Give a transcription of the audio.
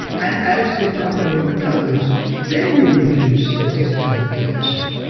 and as the economy recovers then you reduce the debt and the deficit,